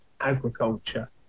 agriculture